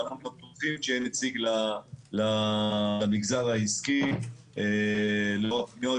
אבל (הפרעות בקליטה בזום) שמציג למגזר העסקי לאור הפניות